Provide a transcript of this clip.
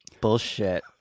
Bullshit